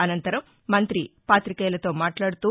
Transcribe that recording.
అసంతరం మంతి పాతికేయులతో మాట్లాడుతూ